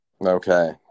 Okay